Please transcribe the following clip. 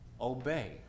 Obey